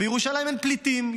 שבירושלים אין פליטים,